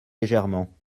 légèrement